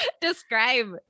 describe